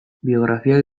biografiak